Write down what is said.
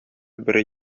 бер